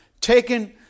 taken